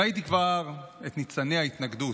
כבר ראיתי את ניצני ההתנגדות: